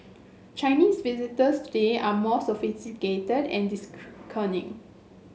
Chinese visitors today are more sophisticated and